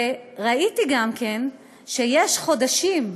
וראיתי גם כן שיש חודשים,